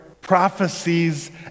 prophecies